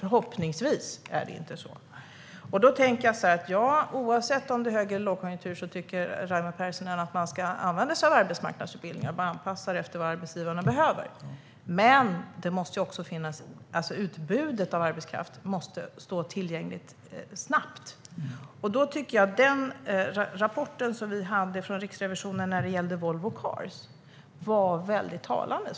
Förhoppningsvis är det inte så. Då tänker jag så här: Oavsett om det är högkonjunktur eller lågkonjunktur tycker Raimo Pärssinen att man ska använda sig av arbetsmarknadsutbildningar. Man anpassar det efter vad arbetsgivarna behöver. Men utbudet av arbetskraft måste snabbt vara tillgängligt. Då tycker jag att rapporten från Riksrevisionen om Volvo Cars, som vi hade i utskottet, var väldigt talande.